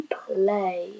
play